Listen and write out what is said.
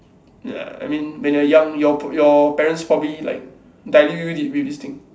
ya I mean when you're young your p~ your parents probably like telling you with with this thing